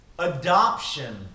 Adoption